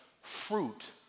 fruit